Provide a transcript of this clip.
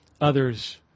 others